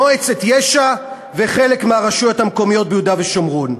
מועצת יש"ע וחלק מהרשויות המקומיות ביהודה ושומרון.